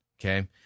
Okay